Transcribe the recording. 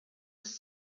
was